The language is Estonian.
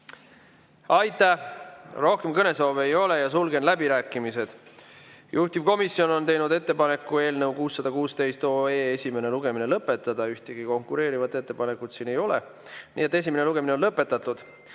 Aitäh! Rohkem kõnesoove ei ole, sulgen läbirääkimised. Juhtivkomisjon on teinud ettepaneku eelnõu 616 esimene lugemine lõpetada. Ühtegi konkureerivat ettepanekut siin ei ole, nii et esimene lugemine on lõpetatud.